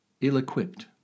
ill-equipped